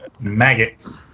Maggots